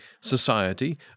society